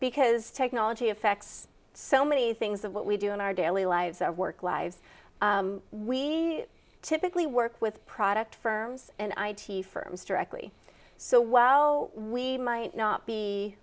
because technology affects so many things of what we do in our daily lives our work lives we typically work with product firms and i t firms directly so while we might not be